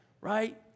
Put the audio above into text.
Right